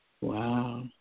Wow